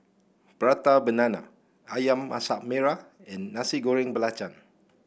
Prata Banana ayam Masak Merah and Nasi Goreng Belacan